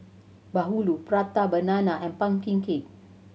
bahulu Prata Banana and pumpkin cake